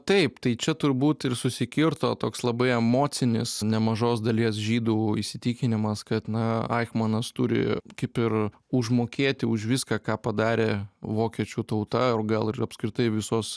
taip tai čia turbūt ir susikirto toks labai emocinis nemažos dalies žydų įsitikinimas kad na aichmanas turi kaip ir užmokėti už viską ką padarė vokiečių tauta o gal ir apskritai visos